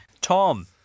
Tom